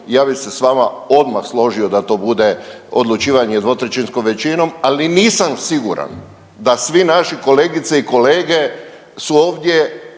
ja bih se s vama odmah složio da to bude odlučivanje 2/3 većinom ali nisam siguran da svi naši kolegice i kolege su ovdje